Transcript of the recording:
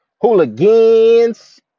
Hooligans